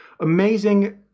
amazing